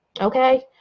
Okay